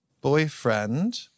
boyfriend